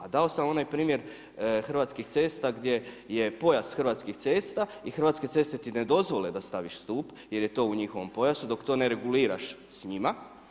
A dao sam onaj primjer Hrvatskih cesta gdje je pojas Hrvatskih cesta i Hrvatske ceste ti ne dozvole da staviš stup jer je to u njihovom pojasu, dok to ne reguliraš s njima.